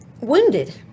wounded